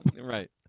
right